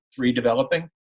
redeveloping